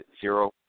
zero